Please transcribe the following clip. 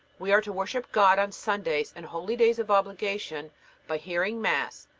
we are to worship god on sundays and holydays of obligation by hearing mass,